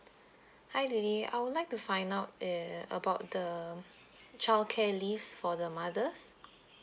hi lily I would like to find out err about the childcare leaves for the mothers